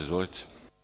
Izvolite.